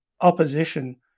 opposition